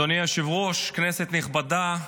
אדוני היושב-ראש, כנסת נכבדה,